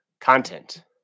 content